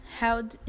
held